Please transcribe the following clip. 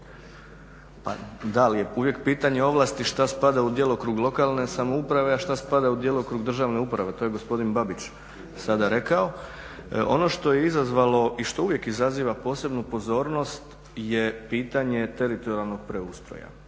ali je uvijek pitanje ovlasti što spada u djelokrug lokalne samouprave, a što spada u djelokrug državne uprave. To je gospodin Babić sada rekao. Ono što je izazvalo i što uvijek izaziva posebnu pozornost je pitanje teritorijalnog preustroja.